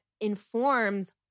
informs